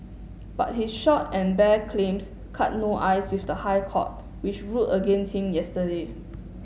but his short and bare claims cut no ice with the High Court which ruled against him yesterday